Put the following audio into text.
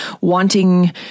wanting